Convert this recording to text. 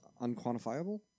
Unquantifiable